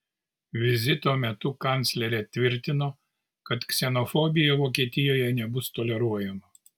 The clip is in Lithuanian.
vizito metu kanclerė tvirtino kad ksenofobija vokietijoje nebus toleruojama